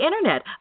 Internet